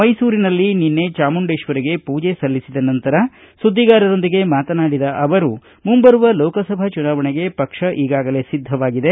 ಮೈಸೂರಿನಲ್ಲಿ ನಿನ್ನೆ ಚಾಮುಂಡೇಶ್ವರಿಗೆ ಪೂಜೆ ಸಲ್ಲಿಸಿದ ನಂತರ ಸುದ್ದಿಗಾರರೊಂದಿಗೆ ಮಾತನಾಡಿದ ಅವರು ಮುಂಬರುವ ಲೋಕಸಭಾ ಚುನಾವಣೆಗೆ ಪಕ್ಷ ಈಗಾಗಲೇ ಸಿದ್ದವಾಗಿದೆ